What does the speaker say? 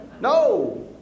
No